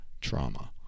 trauma